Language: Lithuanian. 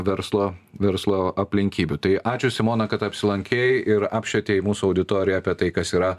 verslo verslo aplinkybių tai ačiū simona kad apsilankei ir apšvietei mūsų auditoriją apie tai kas yra